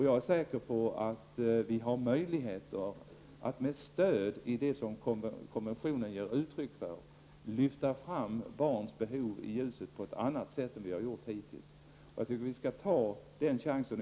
Jag är säker på att vi har möjligheter, att med stöd i det som konventionen ger uttryck för lyfta fram barnens behov på ett annat sätt än vi hittills har gjort. Jag tycker att vi skall ta den chansen.